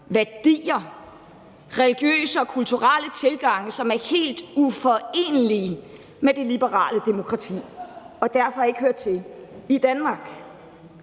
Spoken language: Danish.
værdier og religiøse og kulturelle tilgange, som er helt uforenelige med det liberale demokrati og derfor ikke hører til i Danmark.